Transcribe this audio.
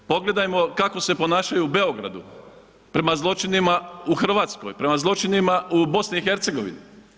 Pogledajmo kako se ponašaju u Beogradu prema zločinima u Hrvatskoj, prema zločinima u BiH.